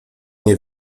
nie